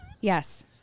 Yes